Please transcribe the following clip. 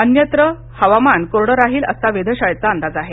अन्यत्र हवामान कोरड राहील असा वेधशाळेचा अंदाज आहे